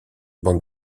bande